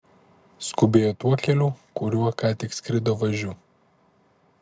skubėjo tuo keliu kuriuo ką tik skrido važiu